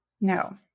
No